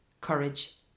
courage